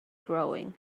growing